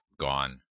gone